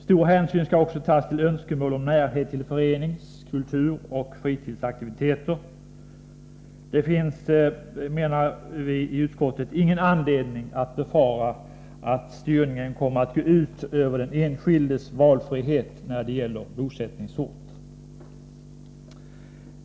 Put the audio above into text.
Stor hänsyn skall också tas till önskemål om närhet till förenings-, kulturoch fritidsaktiviteter. Det finns, menar vi i utskottet, inte anledning att befara att styrningen kommer att gå ut över den enskildes valfrihet när det gäller bosättningsort.